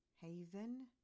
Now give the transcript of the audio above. Haven